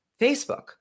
Facebook